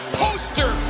poster